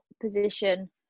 position